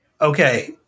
Okay